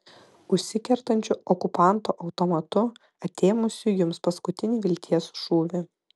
užsikertančiu okupanto automatu atėmusiu jums paskutinį vilties šūvį